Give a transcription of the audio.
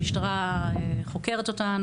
המשטרה חוקרת אותן.